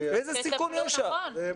איזה סיכון יש שם?